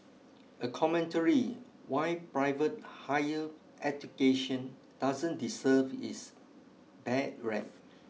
a commentary why private higher education doesn't deserve its bad rep